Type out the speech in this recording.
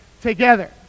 together